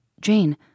Jane